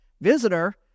Visitor